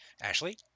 Ashley